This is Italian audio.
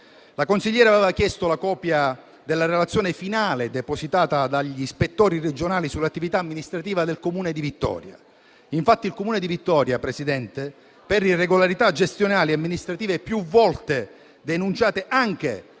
La consigliera aveva chiesto la copia della relazione finale depositata dagli ispettori regionali sull'attività amministrativa del Comune di Vittoria. Infatti il Comune di Vittoria, Presidente, per irregolarità gestionali e amministrative, più volte denunciate anche